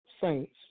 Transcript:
saints